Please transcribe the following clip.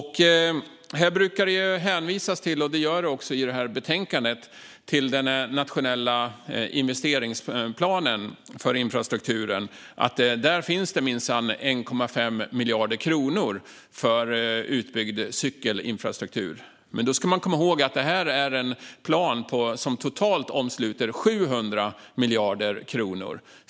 Här brukar det hänvisas till - och det görs också i detta betänkande - den nationella investeringsplanen för infrastrukturen och att det där minsann finns 1,5 miljarder kronor för utbyggd cykelinfrastruktur. Men då ska man komma ihåg att detta är en plan som omsluter totalt 700 miljarder kronor.